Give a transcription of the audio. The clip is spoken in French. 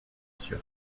sur